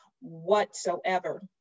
whatsoever